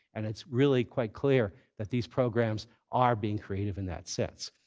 and it's really quite clear that these programs are being creative in that sense.